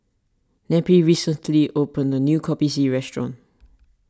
Neppie recently opened a new Kopi C restaurant